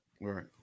Right